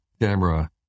camera